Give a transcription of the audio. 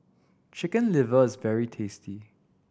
Chicken Liver is very tasty